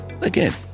Again